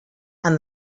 and